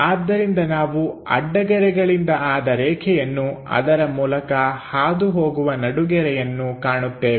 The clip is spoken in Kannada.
ಆದ್ದರಿಂದ ನಾವು ಅಡ್ಡ ಗೆರೆಗಳಿಂದ ಆದ ರೇಖೆಯನ್ನು ಅದರ ಮೂಲಕ ಹಾದು ಹೋಗುವ ನಡುಗೆರೆಯನ್ನು ಕಾಣುತ್ತೇವೆ